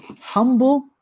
humble